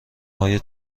های